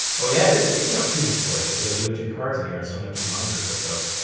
oh yeah it is picking up two displays. cause i do have two cards in here i just don't have two monitors hooked up.